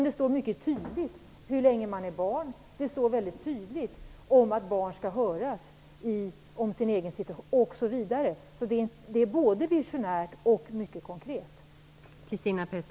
Det står mycket tydligt hur länge man är barn, det står mycket tydligt att man skall höras om sin egen situation, osv. - det är både visionärt och mycket konkret.